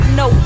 no